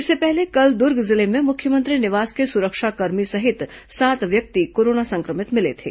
इससे पहले कल दुर्ग जिले में मुख्यमंत्री निवास के सुरक्षाकर्मी सहित सात व्यक्ति कोरोना संक्रमित मिले थे